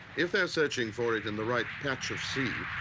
if they're searching for it in the right patch of sea,